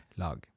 lag